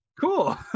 cool